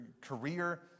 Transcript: career